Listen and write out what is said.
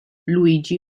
luigi